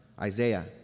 Isaiah